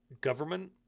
government